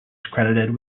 credited